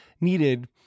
needed